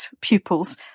pupils